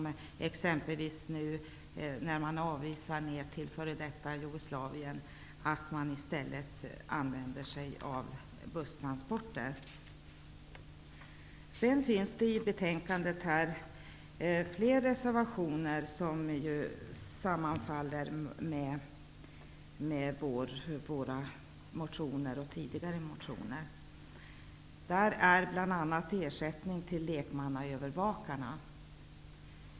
Exempelvis kan man, när man nu avvisar människor till f.d. Jugoslavien, i stället använda busstransporter. Det finns i betänkandet fler reservationer som sammanfaller med våra nuvarande och tidigare motioner. Det gäller bl.a. ersättning till lekmannaövervakarna.